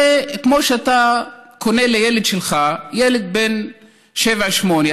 זה כמו שאתה קונה לילד שלך, ילד בן שבע, שמונה,